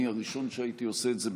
אני הראשון שהייתי עושה את זה,